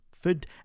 food